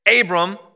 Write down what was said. Abram